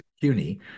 CUNY